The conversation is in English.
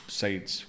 sides